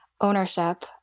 ownership